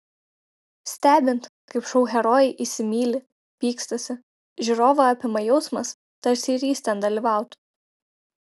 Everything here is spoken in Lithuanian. stebint kaip šou herojai įsimyli pykstasi žiūrovą apima jausmas tarsi ir jis ten dalyvautų